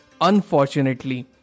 unfortunately